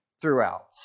throughout